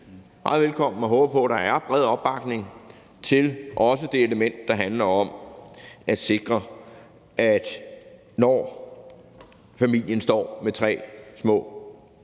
meget velkommen og håber på, at der er bred opbakning til også det element, der handler om at sikre, at der, når familier står med tre små